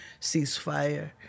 ceasefire